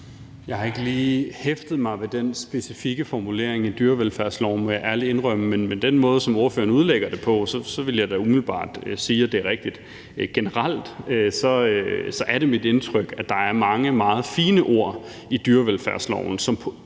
Jeg har ikke lige hæftet mig ved den specifikke formulering i dyrevelfærdsloven, må jeg ærligt indrømme. Men med den måde, som ordføreren udlægger det på, vil jeg da umiddelbart sige, at det er rigtigt. Generelt er det mit indtryk, at der er mange meget fine ord i dyrevelfærdsloven,